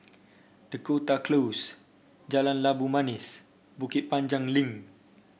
Dakota Close Jalan Labu Manis Bukit Panjang Link